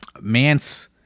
Mance